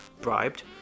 bribed